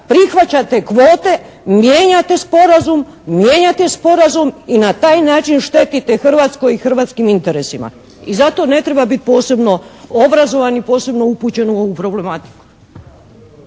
prihvaćate kvote, mijenjate sporazum i na taj način štetite Hrvatskoj i hrvatskim interesima. I zato ne treba biti posebno obrazovan i posebno upućen u ovu problematiku.